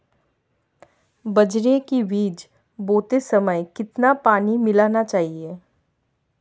बाजरे के बीज बोते समय कितना पानी मिलाना चाहिए?